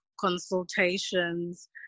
consultations